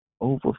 over